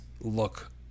look